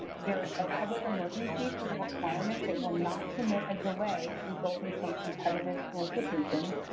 there is a public emergency for the requirements that will not permit a delay resulting from competitive solicitation,